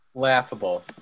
laughable